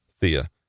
Thea